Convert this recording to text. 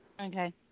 Okay